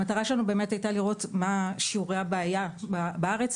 המטרה שלנו הייתה לראות מה שיעורי הבעיה בארץ,